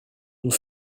nous